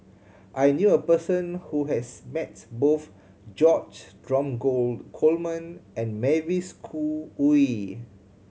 I knew a person who has met both George Dromgold Coleman and Mavis Khoo Oei